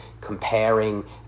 comparing